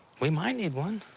we might need one,